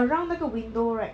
around 那个 window right